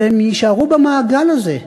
אבל הם יישארו במעגל הזה.